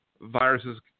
viruses